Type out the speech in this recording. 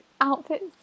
outfits